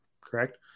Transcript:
correct